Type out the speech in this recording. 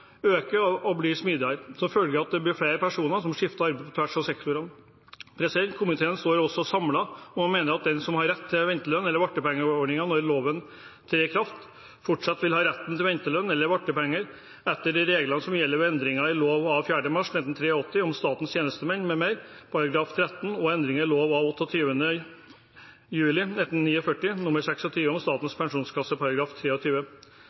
og blir smidigere, som følge av at det blir flere personer som skifter arbeid på tvers av sektorene. Komiteen står samlet om å mene at den som har rett til ventelønn eller vartpenger når loven trer i kraft, fortsatt vil ha retten til ventelønn eller vartpenger etter de reglene som gjelder ved endringen i lov av 4. mars 1983 om statens tjenestemenn m.m. § 13 og endringen i lov av 28. juli 1949 nr. 26 om Statens pensjonskasse